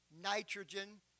nitrogen